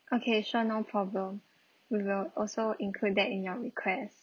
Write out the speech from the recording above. okay sure no problem we will also include that in your request